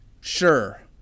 sure